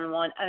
one